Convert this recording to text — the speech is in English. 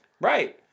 Right